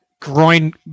Groin